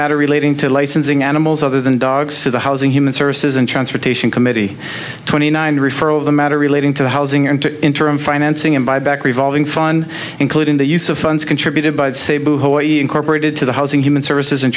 matter relating to licensing animals other than dogs to the housing human services and transportation committee twenty nine referral of the matter relating to the housing and to interim financing and buyback revolving fund including the use of funds contributed by the sable hawai'i incorporated to the housing human services and